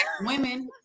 women